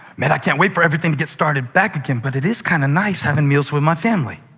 man, i can't wait for everything to get started back again, but it is kind of nice having meals with my family.